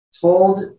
told